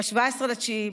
ב-17 בספטמבר,